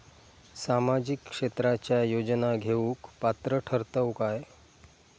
सामाजिक क्षेत्राच्या योजना घेवुक पात्र ठरतव काय?